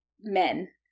men